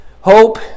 hope